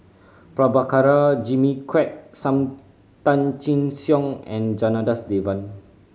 Prabhakara Jimmy Quek Sam Tan Chin Siong and Janadas Devan